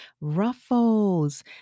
ruffles